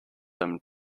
them